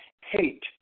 hate